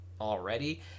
already